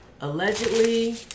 Allegedly